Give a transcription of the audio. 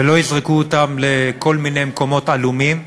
ולא יזרקו אותם לכל מיני מקומות עלומים,